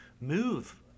move